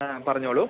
ആ പറഞ്ഞുകൊള്ളൂ